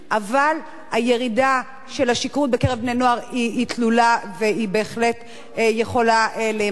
אבל הירידה של השכרות בקרב בני-נוער היא תלולה והיא בהחלט יכולה להימדד.